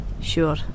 Sure